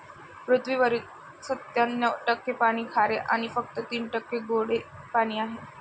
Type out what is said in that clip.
पृथ्वीवरील सत्त्याण्णव टक्के पाणी खारे आणि फक्त तीन टक्के गोडे पाणी आहे